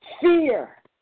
fear